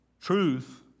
Truth